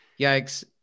Yikes